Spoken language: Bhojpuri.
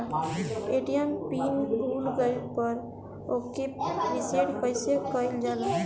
ए.टी.एम पीन भूल गईल पर ओके रीसेट कइसे कइल जाला?